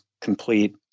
complete